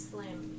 Slim